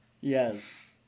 Yes